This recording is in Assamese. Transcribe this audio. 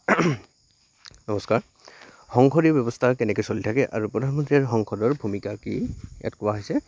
নমস্কাৰ সংসদিৰ ব্যৱস্থা কেনেকৈ চলি থাকে আৰু প্ৰধানমন্ত্ৰীৰ সংসদৰ ভূমিকা কি ইয়াত কোৱা হৈছে